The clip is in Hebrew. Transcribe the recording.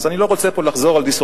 אז אני לא רוצה לחזור על דיסרטציות,